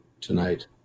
tonight